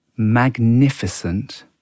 magnificent